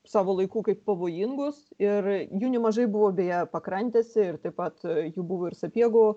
savo laiku kaip pavojingus ir jų nemažai buvo beje pakrantėse taip pat jų buvo ir sapiegų